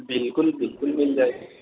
بالکل بالکل مل جائے گی